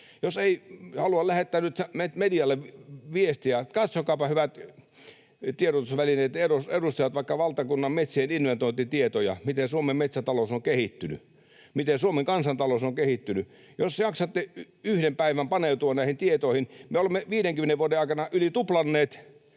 Haluan lähettää nyt medialle viestiä: katsokaapa, hyvät tiedotusvälineitten edustajat, vaikka valtakunnan metsien inventointitietoja, miten Suomen metsätalous on kehittynyt, miten Suomen kansantalous on kehittynyt, jos jaksatte yhden päivän paneutua näihin tietoihin. Me olemme 50 vuoden aikana yli tuplanneet